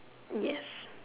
yes